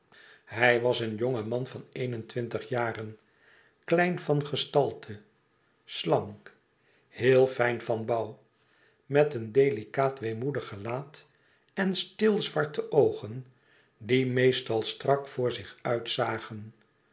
hij was een jonge man van een-en-twintig jaren klein van gestalte slank heel fijn van bouw met een delicaat weemoedig gelaat en stilzwarte oogen die meestal strak voor zich